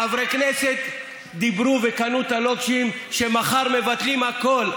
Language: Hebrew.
חברי כנסת דיברו וקנו את הלוקשים שמחר מבטלים הכול.